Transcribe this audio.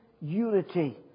unity